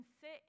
sit